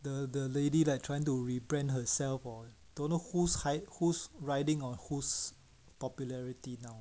the the lady like trying to rebrand herself or don't know whose height who's riding on whose popularity now